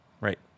Right